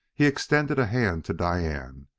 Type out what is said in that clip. he extended a hand to diane,